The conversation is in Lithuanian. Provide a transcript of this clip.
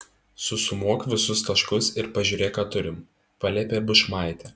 susumuok visus taškus ir pažiūrėk ką turim paliepė bušmaitė